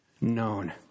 known